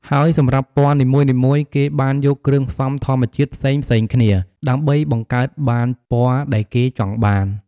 ហើយសម្រាប់ពណ៌នីមួយៗ គេបានយកគ្រឿងផ្សំធម្មជាតិផ្សេងៗគ្នា ដើម្បីបង្កើតបានពណ៌ដែលគេចង់បាន ។